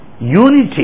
unity